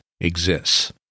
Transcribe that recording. exists